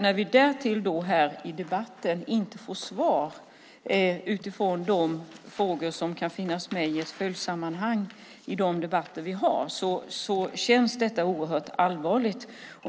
När vi därtill här i debatten inte får svar utifrån de frågor som kan finnas med som en följd av de debatter vi har känns detta oerhört allvarligt.